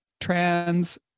trans